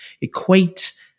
equate